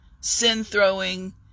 sin-throwing